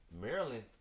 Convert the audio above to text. Maryland